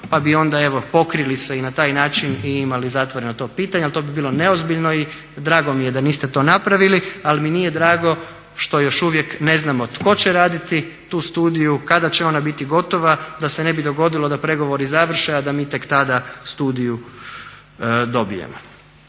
pa bi onda evo pokrili se i na taj način i imali zatvoreno to pitanje, ali to bi bilo neozbiljno i drago mi je da niste to napravili, ali mi nije drago što još uvijek ne znamo tko će raditi tu studiju, kada će ona biti gotova da se ne bi dogodilo da pregovori završe a da mi tek tada studiju dobijemo.